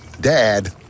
Dad